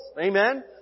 Amen